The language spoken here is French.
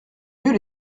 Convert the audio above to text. mieux